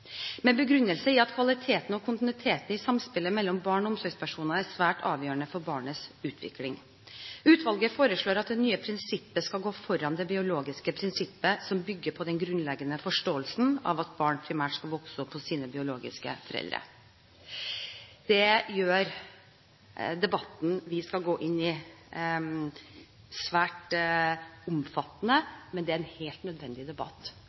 med begrunnelse i at kvaliteten og kontinuiteten i samspillet mellom barn og omsorgspersoner er svært avgjørende for barnets utvikling. Utvalget foreslår at det nye prinsippet skal gå foran det biologiske prinsippet, som bygger på den grunnleggende forståelsen at barn primært skal vokse opp hos sine biologiske foreldre. Det gjør debatten vi skal gå inn i, svært omfattende, men det er en helt nødvendig debatt.